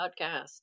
podcast